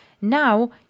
now